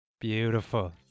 Beautiful